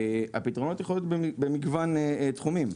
הפתרונות יכולים להיות במגוון תחומים.